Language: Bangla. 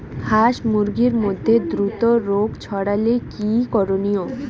হাস মুরগির মধ্যে দ্রুত রোগ ছড়ালে কি করণীয়?